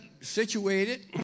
situated